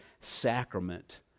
sacrament